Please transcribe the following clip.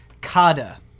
Kada